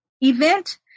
event